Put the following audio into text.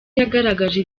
yagaragaje